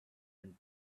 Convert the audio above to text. and